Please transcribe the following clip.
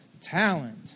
Talent